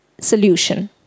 solution